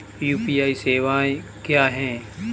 UPI सवायें क्या हैं?